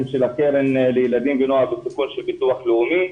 של הקרן לילידים ונוער בסיכון של ביטוח לאומי.